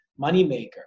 moneymaker